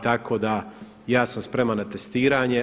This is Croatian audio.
Tako da, ja sam spreman na testiranje.